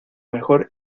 mejor